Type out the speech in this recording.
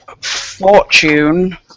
fortune